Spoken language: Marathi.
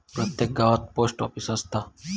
प्रत्येक गावात पोस्ट ऑफीस असता